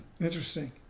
Interesting